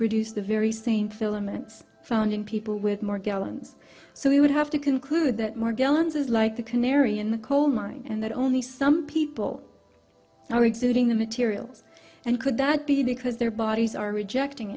produce the very same filaments found in people with morgellons so we would have to conclude that morgellons is like the canary in the coal mine and that only some people are exhibiting the materials and could that be because their bodies are rejecting